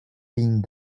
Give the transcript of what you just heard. being